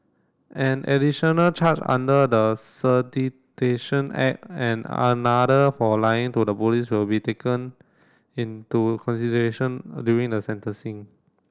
an additional charge under the Act and another for lying to the police will be taken into consideration during the sentencing